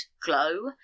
glow